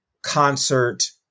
Concert